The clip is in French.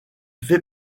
fait